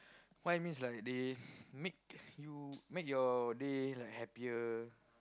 why means like they make you make your day like happier